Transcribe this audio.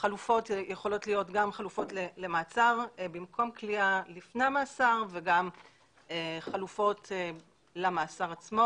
חלופות יכולות גם של מעצר במקום כליאה לפני המאסר וגם חלופות למאסר עצמו